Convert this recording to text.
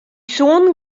soenen